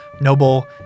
noble